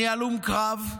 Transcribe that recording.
אני הלום קרב,